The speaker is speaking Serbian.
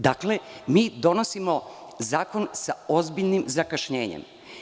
Dakle, donosimo zakon sa ozbiljnim zakašnjenjem.